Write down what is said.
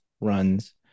runs